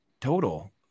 total